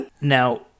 now